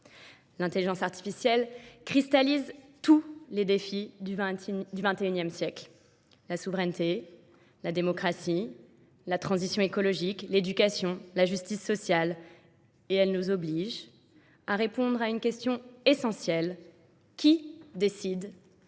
L'intelligence artificielle cristallise tous les défis du XXIe siècle. La souveraineté, la démocratie, la transition écologique, l'éducation, la justice sociale, et elle nous oblige à répondre à une question essentielle. Qui décide